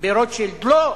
ברוטשילד, לא,